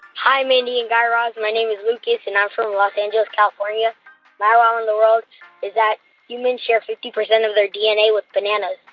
hi, mindy and guy raz. my name is lucas, and i'm from los angeles, calif. yeah my wow in the world is that humans share fifty percent of their dna with bananas